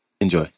Enjoy